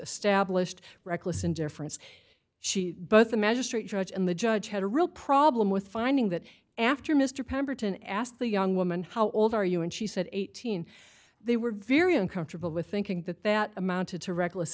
established reckless indifference she both the magistrate judge and the judge had a real problem with finding that after mr pemberton asked the young woman how old are you and she said eighteen they were very uncomfortable with thinking that that amounted to reckless